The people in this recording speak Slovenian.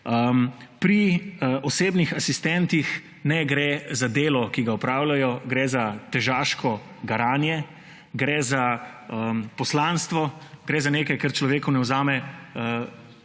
Pri osebnih asistentih ne gre za delo, ki ga opravljajo, gre za težaško garanje, gre za poslanstvo, gre za nekaj, kar človeku ne vzame